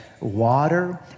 water